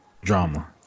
drama